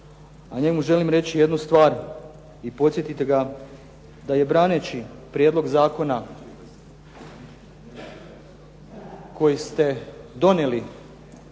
a njemu želim reći jednu stvar i podsjetiti ga da je braneći prijedlog zakona koji ste donijeli